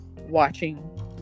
watching